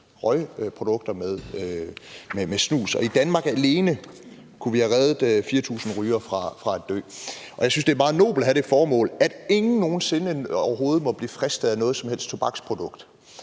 røgprodukter med snus. Og i Danmark alene kunne vi have reddet 4.000 rygere fra at dø. Jeg synes, det er meget nobelt at have det formål, at ingen nogen sinde overhovedet må blive fristet af noget som helst tobaksprodukt,